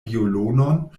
violonon